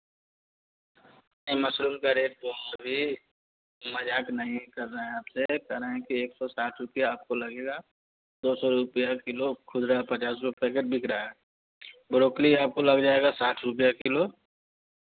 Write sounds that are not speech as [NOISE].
sir mushroom का rate जो [UNINTELLIGIBLE] मज़ाक नहीं कर रहे हैं आपसे कह रहे हैं कि एक साठ रुपया आपको लगेगा दो सौ रुपया किलो खुजरा पचास रुपया पैकेट बिक रहा है ब्रोकली आपको लग जाएगा साठ रुपया किलो